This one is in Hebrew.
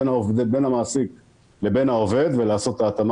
בין המעסיק לבין העובד ולעשות את ההתאמה